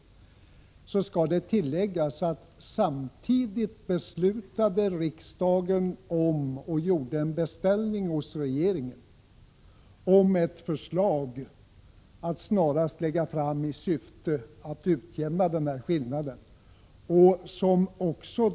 Det kan tilläggas att samtidigt som riksdagen fattade beslut i frågan hemställdes att regeringen snarast skulle lägga fram ett förslag i syfte att utjämna den här skillnaden.